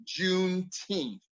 Juneteenth